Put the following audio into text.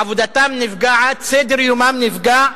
עבודתם נפגעת, סדר-יומם נפגע,